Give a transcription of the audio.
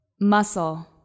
muscle